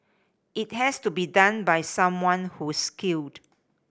it has to be done by someone who's skilled